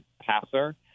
passer